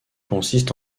consiste